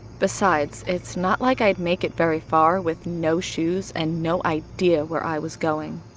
besides, it's not like i'd make it very far with no shoes and no idea where i was going.